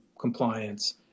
compliance